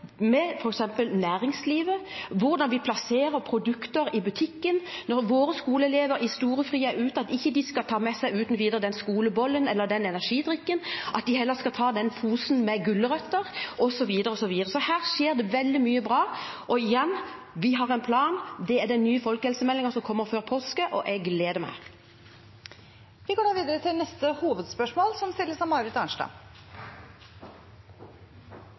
med næringslivet om hvordan de plasserer produkter i butikken, slik at når våre skoleelever er ute i storefri, skal de ikke uten videre ta med seg den skolebollen eller den energidrikken, men heller ta den posen med gulrøtter, osv. Her skjer det veldig mye bra. Og igjen: Vi har en plan. Det er den nye folkehelsemeldingen som kommer før påske. Jeg gleder meg. Vi går videre til neste hovedspørsmål.